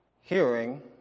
Hearing